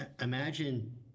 Imagine